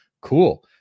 Cool